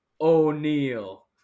O'Neal